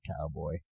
Cowboy